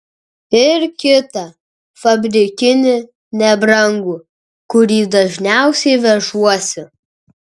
ir kitą fabrikinį nebrangų kurį dažniausiai vežuosi